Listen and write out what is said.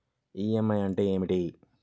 EMI అంటే ఏమిటి?